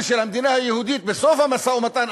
של המדינה היהודית בסוף המשא-ומתן,